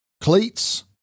cleats